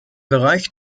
bereich